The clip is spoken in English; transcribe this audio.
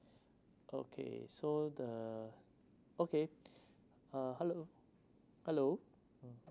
okay so the okay ha hello hello hmm